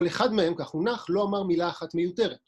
אבל אחד מהם, כך הונח, לא אמר מילה אחת מיותרת.